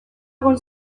egon